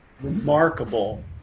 remarkable